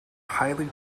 highly